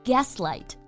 Gaslight